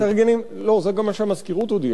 לא, זה גם מה שהמזכירות הודיעה לי.